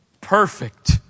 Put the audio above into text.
perfect